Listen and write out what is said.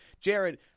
Jared